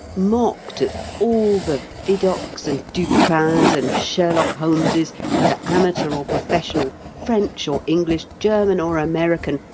mocked at all the vidocqs, and dupins, and sherlock holmeses, whether amateur or professional, french or english, german or american,